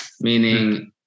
meaning